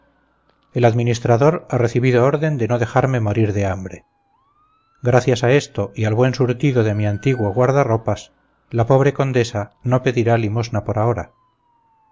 el administrador ha recibido orden de no dejarme morir de hambre gracias a esto y al buen surtido de mi antiguo guarda ropas la pobre condesa no pedirá limosna por ahora